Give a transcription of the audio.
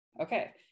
Okay